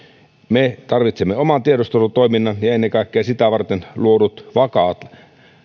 me tarvitsemme oman tiedustelutoiminnan ja ennen kaikkea sitä varten luodut vakaat